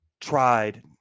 tried